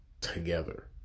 together